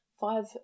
five